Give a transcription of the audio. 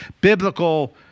biblical